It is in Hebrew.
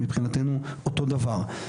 מבחינתנו זה אותו הדבר.